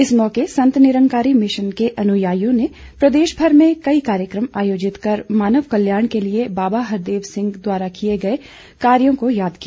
इस मौके संत निरंकारी मिशन के अनुयायियों ने प्रदेशभर में कई कार्यक्रम आयोजित कर मानव कल्याण के लिए बाबा हरदेव सिंह द्वारा किए गए कार्यों को याद किया